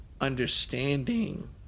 understanding